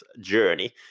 journey